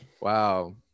Wow